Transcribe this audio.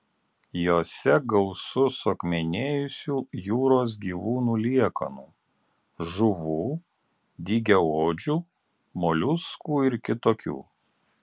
jose gausu suakmenėjusių jūros gyvūnų liekanų žuvų dygiaodžių moliuskų ir kitokių